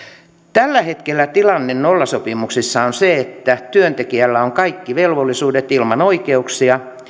tällä hetkellä tilanne nollasopimuksissa on se että työntekijällä on kaikki velvollisuudet ilman oikeuksia